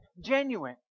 genuine